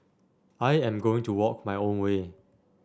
I am going to walk my own way